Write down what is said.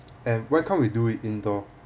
and why can't we do it indoor